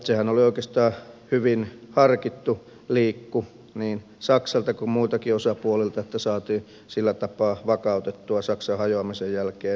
sehän oli oikeastaan hyvin harkittu liikku niin saksalta kuin muiltakin osapuolilta että saatiin sillä tapaa vakautettua saksan hajoamisen jälkeen tilannetta venäjällä